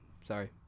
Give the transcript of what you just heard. Sorry